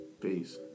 Peace